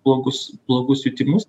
blogus blogus jutimus